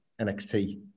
NXT